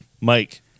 Mike